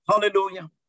Hallelujah